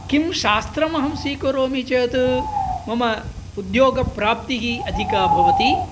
किं शास्त्रमहं स्वीकरोमि चेत् मम उद्योगप्राप्तिः अधिकः भवति